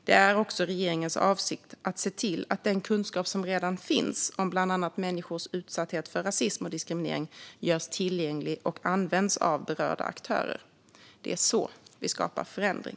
Det är också regeringens avsikt att se till att den kunskap som redan finns om bland annat människors utsatthet för rasism och diskriminering görs tillgänglig och används av berörda aktörer. Det är så vi skapar förändring.